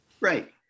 right